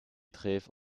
trèves